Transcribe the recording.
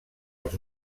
els